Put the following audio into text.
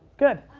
good,